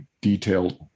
detailed